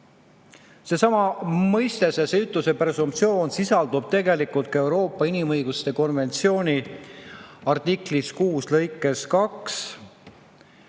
Seesama mõiste, see süütuse presumptsioon, sisaldub tegelikult ka Euroopa inimõiguste konventsiooni artikli 6 lõikes 2.